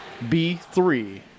B3